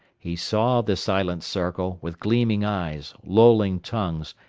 he saw the silent circle, with gleaming eyes, lolling tongues,